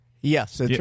Yes